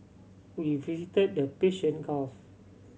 we visited the Persian Gulf